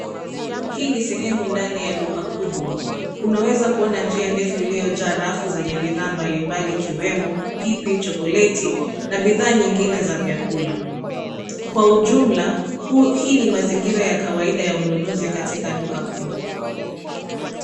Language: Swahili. Hii ni sehemu ndani ya duka kubwa unaweza kuona njia ndefu iliyojaa rafu zenye bidhaa mbalimbali ikiwemo pipi, chokoleti, na bidhaa nyingine za vyakula. Kwa ujumla hii ni mazingira ya kawaida ya ununuzi katika duka kubwa.